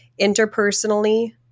interpersonally